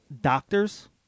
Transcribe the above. doctors